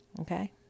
okay